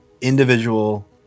individual